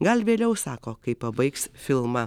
gal vėliau sako kai pabaigs filmą